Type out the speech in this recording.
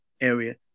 area